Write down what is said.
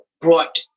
brought